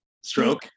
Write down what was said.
Stroke